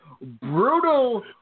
Brutal